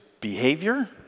behavior